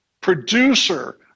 producer